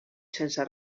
sense